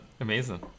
amazing